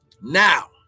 Now